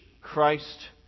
Christ